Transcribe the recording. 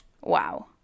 Wow